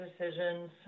decisions